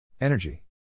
Energy